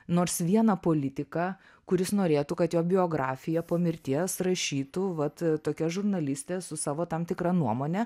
nors vieną politiką kuris norėtų kad jo biografiją po mirties rašytų vat tokia žurnalistė su savo tam tikra nuomone